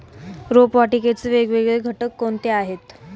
रोपवाटिकेचे वेगवेगळे घटक कोणते आहेत?